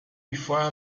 before